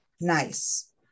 Nice